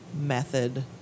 method